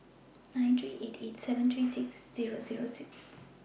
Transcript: nine three eight eight seven three six Zero Zero six